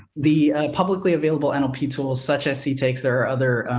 the, ah, publicly available and ppe tools, such as he takes or other,